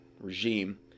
regime